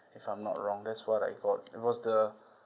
if I'm not wrong that's what I got it was the